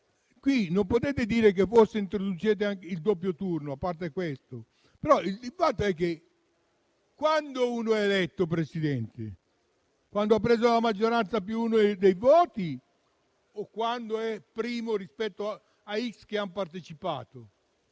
Qui non potete dire che forse introducete il doppio turno; a parte questo, però, il dibattito è che uno è eletto Presidente quando ha ottenuto la maggioranza più uno dei voti o quando è primo rispetto a un numero